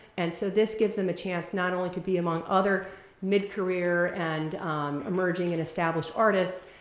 and so this gives them a chance not only to be among other midcareer and emerging and established artists,